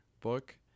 book